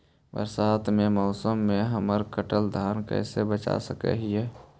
बरसात के मौसम में हम कटल धान कैसे बचा सक हिय?